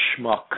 schmuck